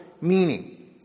meaning